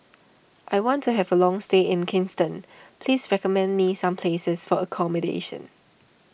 I want to have a long stay in Kingston please recommend me some places for accommodation